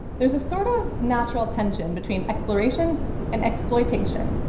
there's a sort of natural tension between exploration and exploitation.